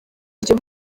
iryo